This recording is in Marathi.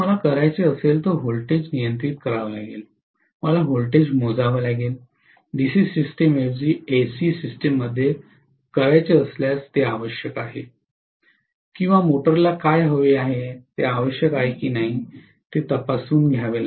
जर मला करायचे असेल तर व्होल्टेज नियंत्रण करावे लागेल मला व्होल्टेज मोजावे लागेल डीसी सिस्टमऐवजी एसी सिस्टीममध्ये करायचे असल्यास ते आवश्यक आहे किंवा मोटरला काय हवे आहे ते आवश्यक आहे की नाही ते तपासून घ्यावे